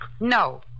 no